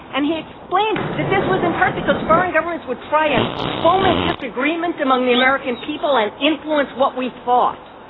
and he explained that this was in part because foreign governments would try and foment disagreement among the american people and influence what we thought.